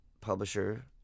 publisher